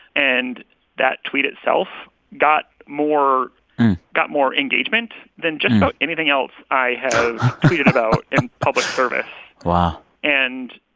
and that tweet itself got more got more engagement than just about anything else i have tweeted about in public service wow and,